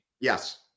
Yes